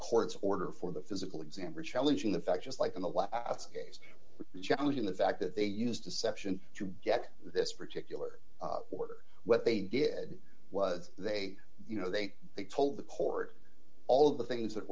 court's order for the physical exam or challenging the fact just like in the last case the challenge in the fact that they use deception to get this particular order what they did was they you know they they told the court all of the things that